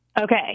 Okay